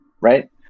right